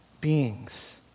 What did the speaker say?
beings